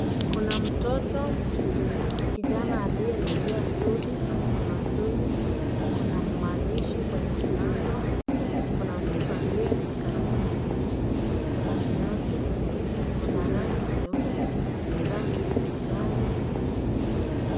Kuna mtoto kijana aliyelalia stuli kuna stuli kuna maandishi kwenye kwenye mlango. Kuna mtu aliye karibu na dirisha kuna viatu, kuna rangi nyeusi, rangi ya kijani.